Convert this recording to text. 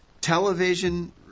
television